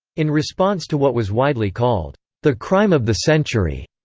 in response to what was widely called the crime of the century,